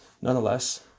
nonetheless